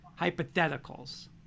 hypotheticals